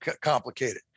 complicated